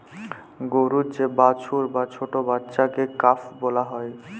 গরুর যে বাছুর বা ছট্ট বাচ্চাকে কাফ ব্যলা হ্যয়